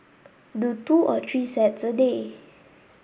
do two or three sets a day